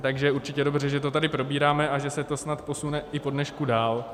Takže je určitě dobře, že to tady probíráme a že se to snad i posune po dnešku dál.